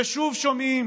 ושוב שומעים